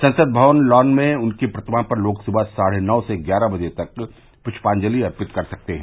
संसद भवन लॉन में उनकी प्रतिमा पर लोग सुबह साढ़े नौ से ग्यारह बजे तक पुष्पाजंलि अर्पित कर सकते हैं